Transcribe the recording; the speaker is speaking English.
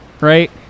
right